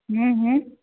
हूँ हूँ